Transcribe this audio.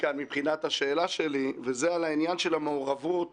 כאן מבחינת השאלה שלי לעניין המעורבות